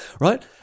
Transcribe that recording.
right